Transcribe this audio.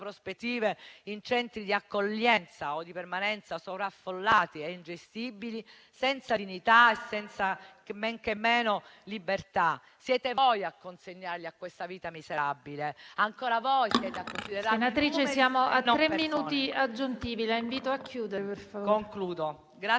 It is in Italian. in centri di accoglienza o di permanenza sovraffollati e ingestibili, senza dignità e men che meno libertà. Siete voi a consegnarli a questa vita miserabile; ancora voi a considerarli numeri e non persone.